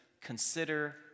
Consider